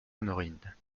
honorine